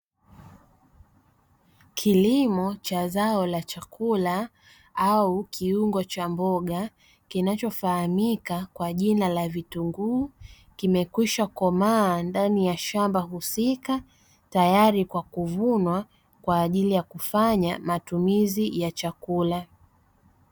Kilimo cha zao la chakula au kiungo cha mboga kinachofahamika kwa jina la vitunguu, kimekwisha komaa ndani ya shamba husika tayari kwa kuvunwa kwa ajili ya kufanya matumizi ya chakula.